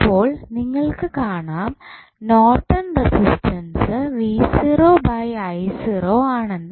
ഇപ്പോൾ നിങ്ങൾക്ക് കാണാം നോർട്ടൺ റെസിസ്റ്റൻസ് ആണെന്ന്